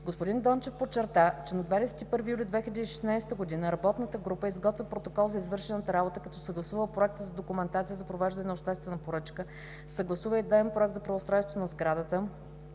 Господин Дончев подчерта, че на 21 юли 2016 г. работната група изготвя протокол за извършената работа като съгласува проекта за документация за провеждането на обществена поръчка, съгласува идеен проект за преустройството на сградата,